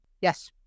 Yes